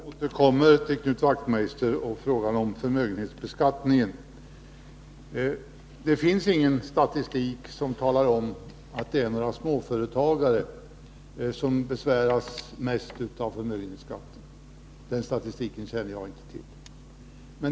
Herr talman! Jag återkommer till Knut Wachtmeister och frågan om förmögenhetsbeskattningen. Det finns ingen statistik som säger att det är småföretagare som besväras mest av förmögenhetsskatten. Någon sådan statistik känner jag inte till.